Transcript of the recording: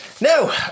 Now